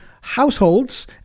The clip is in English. Households